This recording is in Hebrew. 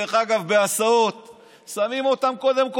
דרך אגב,